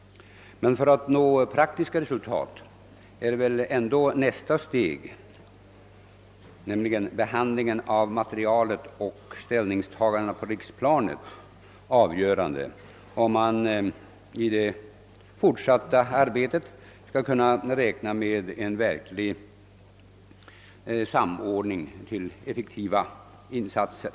Nästa steg, nämligen behandlingen av materialet och ställningstagandena på riksplanet, är emellertid avgörande för om man vid det fortsatta arbetet skall kunna räkna med en verklig samordning till effektiva insatser.